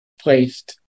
placed